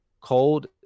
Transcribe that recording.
cold